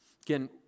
Again